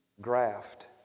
graft